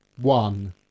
one